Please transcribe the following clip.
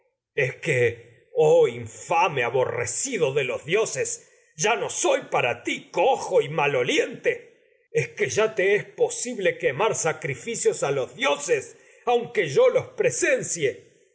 ya que oh infame y aborrecido de los dioses que ya soy para ti cojo maloliente es a te es po quemar sacrificios los dioses aunque yo los